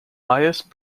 highest